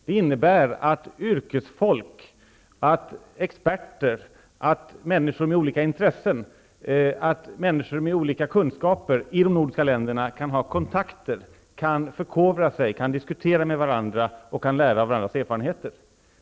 Det innebär att yrkesfolk, experter, människor med olika intressen, människor med olika kunskaper i de nordiska länderna kan ha kontakt, kan förkovra sig, kan diskutera med varandra, kan lära av varandras erfarenheter.